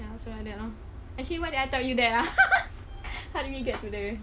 and also like that lor actually why did I tell you that ah how do we get to the